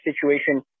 situation